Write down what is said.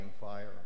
fire